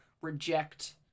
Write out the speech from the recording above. reject